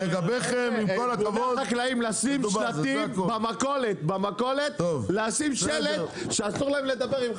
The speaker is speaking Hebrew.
נגיד לחקלאים לשים שלטים במכולת שאסור להם לדבר עם חבריהם.